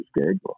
schedule